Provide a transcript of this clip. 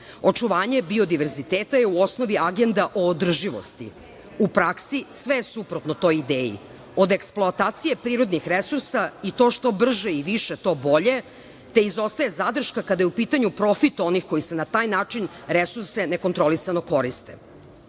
Očuvanje biodiverziteta je u osnovi agenda o održivosti. U praksi, sve je suprotno toj ideji. Od eksploatacije prirodnih resursa, i to što brže i više, to bolje, te izostaje zadrška kada je u pitanju profit onih koji na taj način resurse nekontrolisano koriste.